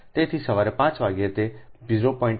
તેથી સવારે 5 વાગ્યે તે 0